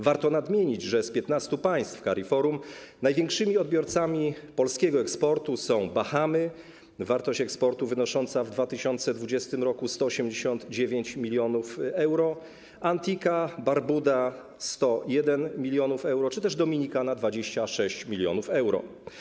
Warto nadmienić, że z 15 państw CARIFORUM największymi odbiorcami polskiego eksportu są Bahamy, wartość eksportu wynosiła w 2020 r. 189 mln euro, Antigua, Barbuda - 101 mln euro, czy też Dominikana - 26 mln euro.